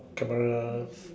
camera